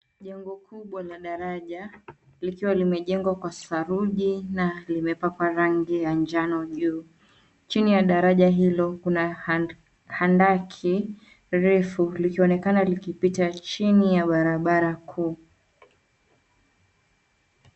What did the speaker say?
Jengo kubwa la daraja likiwa limejengwa kwa saruji na limepakwa rangi ya njano juu. Chini ya daraja hilo kuna handaki refu likionekana likipita chini ya barabara kuu.